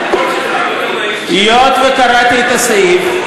היות שקראתי את הסעיף,